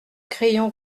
crayon